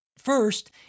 First